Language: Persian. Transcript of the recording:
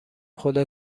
خدا